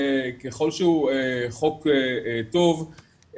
ככל שהוא חוק טוב,